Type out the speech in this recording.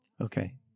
Okay